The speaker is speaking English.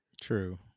True